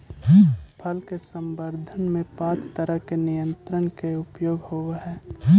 फल के संवर्धन में पाँच तरह के नियंत्रक के उपयोग होवऽ हई